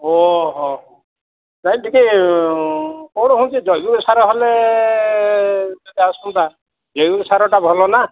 ଓଃହୋ ନାଇଁ ଟିକିଏ କ'ଣ ହେଉଛି ଜୈବିକ ସାର ହେଲେ ଯଦି ଆସନ୍ତା ଜୈବିକ ସାରଟା ଭଲ ନା